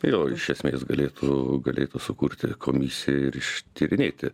jo iš esmės galėtų galėtų sukurti komisiją ir ištyrinėti